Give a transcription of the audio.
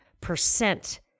percent